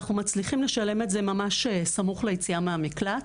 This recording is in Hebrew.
ואנחנו מצליחים לשלם את זה ממש סמוך ליציאה מהמקלט.